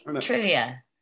trivia